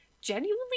genuinely